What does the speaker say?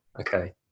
Okay